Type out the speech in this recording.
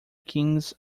kings